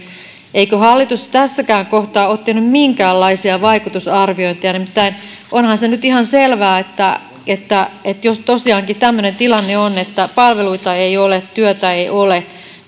eikö hallitus tässäkään kohtaa ole tehnyt minkäänlaisia vaikutusarviointeja nimittäin onhan se nyt ihan selvää että että jos tosiaankin on tämmöinen tilanne että palveluita ei ole työtä ei ole